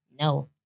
No